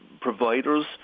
providers